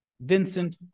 Vincent